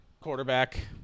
quarterback